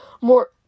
more